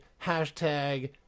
Hashtag